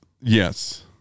Yes